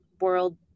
world